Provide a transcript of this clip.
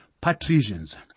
patricians